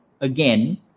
again